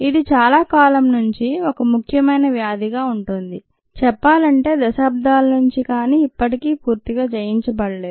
ఇది చాలా కాలం నుండి ఒక ముఖ్యమైన వ్యాధిగా ఉంటోంది చెప్పాలంటే దశాబ్దాల నుండి కానీ ఇప్పటికీ పూర్తిగా జయించబడలేదు